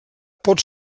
pot